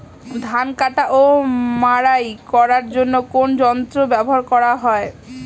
ধান কাটা ও মাড়াই করার জন্য কোন যন্ত্র ব্যবহার করা হয়?